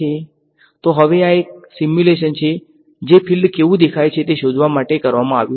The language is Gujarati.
તો હવે આ એક સિમ્યુલેશન છે જે ફિલ્ડ કેવુ દેખાય છે તે શોધવા માટે કરવામાં આવ્યું હતું